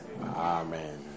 Amen